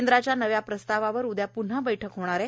केंद्राच्या नव्या प्रस्तावावर उदया पृन्हा बैठक होणार आहे